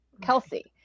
Kelsey